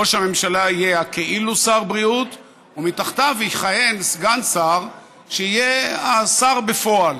ראש הממשלה יהיה כאילו שר בריאות ומתחתיו יכהן סגן שר שיהיה השר בפועל.